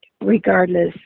regardless